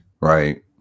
right